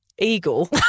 eagle